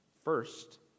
First